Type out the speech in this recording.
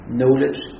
knowledge